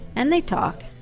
and they talk,